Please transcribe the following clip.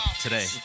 today